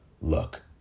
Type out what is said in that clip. look